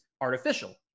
artificial